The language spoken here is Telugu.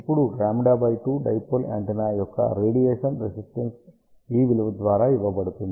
ఇప్పుడు λ2 డైపోల్ యాంటెన్నా యొక్క రేడియేషన్ రెసిస్టెన్స్ ఈ విలువ ద్వారా ఇవ్వబడుతుంది